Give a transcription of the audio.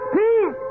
Please